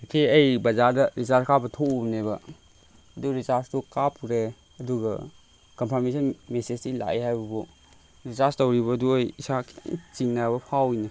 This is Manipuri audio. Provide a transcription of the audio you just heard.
ꯉꯁꯤ ꯑꯩ ꯕꯖꯥꯔꯗ ꯔꯤꯆꯥꯔꯖ ꯀꯥꯞꯄ ꯊꯣꯛꯎꯕꯅꯦꯕ ꯑꯗꯨ ꯔꯤꯆꯥꯔꯖꯇꯨ ꯀꯥꯞꯄꯨꯔꯦ ꯑꯗꯨꯒ ꯀꯝꯐꯥꯔꯃꯦꯁꯟ ꯃꯦꯁꯦꯁꯇꯤ ꯂꯥꯛꯑꯦ ꯍꯥꯏꯕꯕꯨ ꯔꯤꯆꯥꯔꯖ ꯇꯧꯔꯤꯕꯗꯨ ꯑꯩ ꯏꯁꯥ ꯈꯤꯇꯪ ꯆꯤꯡꯅꯕ ꯐꯥꯎꯏꯅꯦ